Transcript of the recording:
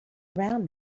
around